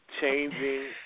changing